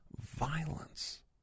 violence